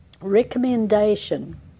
Recommendation